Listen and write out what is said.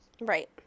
Right